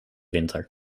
winter